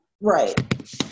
Right